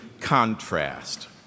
contrast